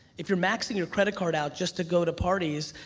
if you're maxing your credit card out just to go to parties,